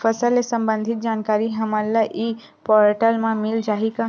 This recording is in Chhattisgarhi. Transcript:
फसल ले सम्बंधित जानकारी हमन ल ई पोर्टल म मिल जाही का?